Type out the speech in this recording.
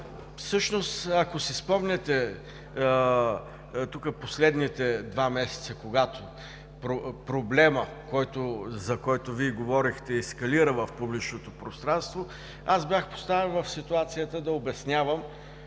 реплика. Ако си спомняте, тук последните два месеца, когато проблемът, за който Вие говорихте, ескалира в публичното пространство, аз бях поставен в ситуацията да обяснявам